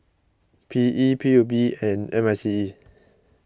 P E P U B and M I C E